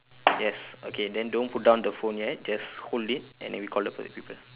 yes okay then don't put down the phone yet just hold it and then we call the per~ people